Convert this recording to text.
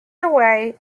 away